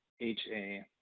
HA